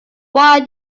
why